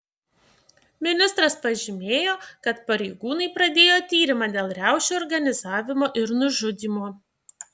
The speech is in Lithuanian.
ministras pažymėjo kad pareigūnai pradėjo tyrimą dėl riaušių organizavimo ir nužudymo